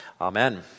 Amen